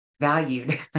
valued